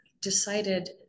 decided